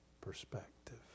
perspective